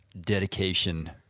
Dedication